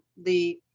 the